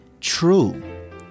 true